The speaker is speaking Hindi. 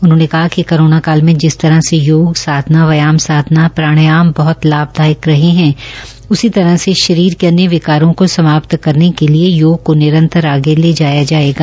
उन्होंने कहा कि कोरोना काल में जिस तरह से योग साधना व्यायाम साधना प्राणायाम बहत लाभदायक रहे हैं उसी तरह से शरीर के अन्य विकारों को समाप्त करने के लिए योग को निरंतर आगे ले जाया जाएगा